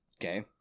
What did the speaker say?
Okay